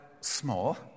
small